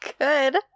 good